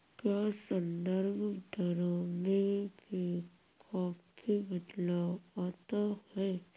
क्या संदर्भ दरों में भी काफी बदलाव आता है?